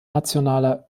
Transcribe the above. nationaler